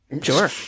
Sure